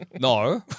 No